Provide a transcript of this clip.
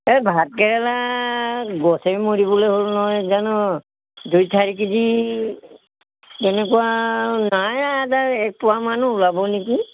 এই ভাতকেৰেলা গছেই মৰিবলৈ হ'ল নহয় জানো দুই চাৰি কেজি তেনেকুৱা নাই এক পোৱামান ওলাব নেকি